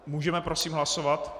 Můžeme, prosím, hlasovat?